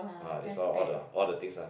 ah that's why all the all the things ah